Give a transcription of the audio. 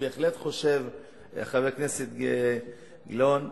חבר הכנסת גילאון,